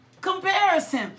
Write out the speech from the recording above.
comparison